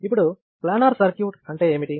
ఇప్పుడు planar circuit అంటే ఏమిటి